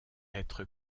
être